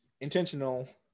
intentional